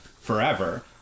forever